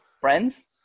Friends